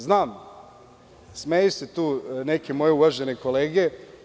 Znam, smeju se tu neke moje uvažene kolege.